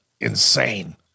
insane